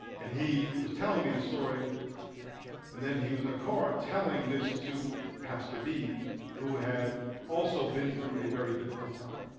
and he was telling me the story and then he was in a car telling this to pastor b who had also been through a very difficult time.